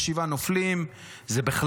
יש שבעה נופלים.